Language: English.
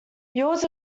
yields